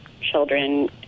children